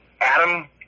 Adam